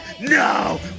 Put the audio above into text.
no